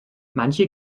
manche